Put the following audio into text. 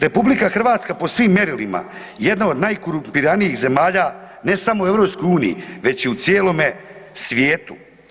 RH je po svim mjerilima jedna od najkorumpiranijih zemalja ne samo u EU-u, već i u cijelome svijetu.